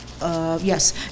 Yes